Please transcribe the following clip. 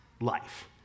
life